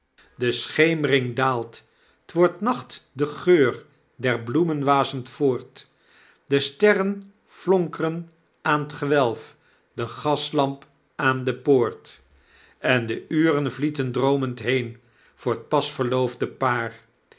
de scheemring daalt t wordtnacht de geur der bloemen wasemt voort de sterren flonkren aan t gewelf de gaslamp aan de poort en de uren vlieten droomend heen voor t pas verloofde paar